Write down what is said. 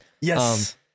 Yes